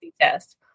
test